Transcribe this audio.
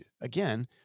again